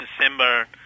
december